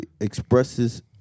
Expresses